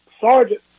sergeant